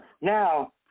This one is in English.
Now